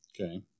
Okay